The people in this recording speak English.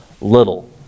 little